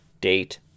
date